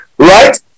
Right